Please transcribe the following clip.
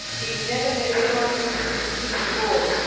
he never met anyone with his condition before,